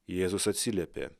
jėzus atsiliepė